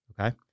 okay